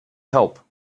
help